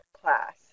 class